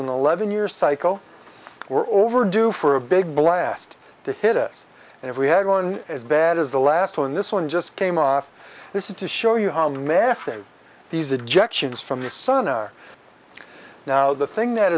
an eleven year cycle we're overdue for a big blast to hit us and if we had one as bad as the last one this one just came off this is to show you how massive these objections from the sun are now the thing that